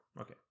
Okay